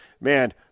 Man